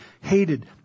hated